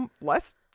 less